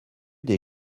des